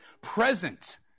present